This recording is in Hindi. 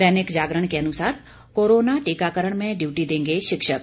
दैनिक जागरण के अनुसार कोरोना टीकाकरण में ड्यूटी देंगे शिक्षक